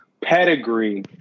pedigree